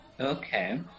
okay